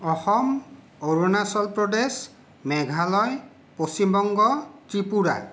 Assam Arunachal Pradesh Meghalaya Paschimbanga Tripura